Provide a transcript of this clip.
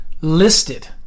listed